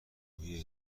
روحی